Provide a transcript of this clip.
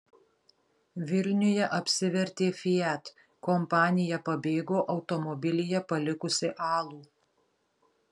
vilniuje apsivertė fiat kompanija pabėgo automobilyje palikusi alų